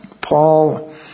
Paul